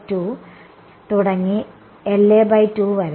തുടങ്ങി വരെ